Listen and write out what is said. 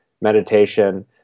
meditation